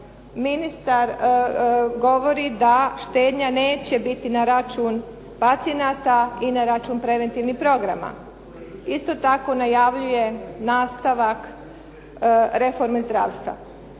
ministar govori da štednja neće biti na račun pacijenata i na račun preventivnih programa. Isto tako najavljuje nastavak reforme zdravstva.